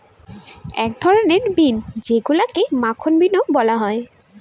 এক ধরনের বিন যেইগুলাকে মাখন বিনও বলা হয়